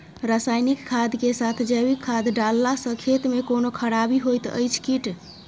रसायनिक खाद के साथ जैविक खाद डालला सॅ खेत मे कोनो खराबी होयत अछि कीट?